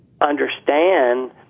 understand